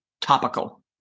Topical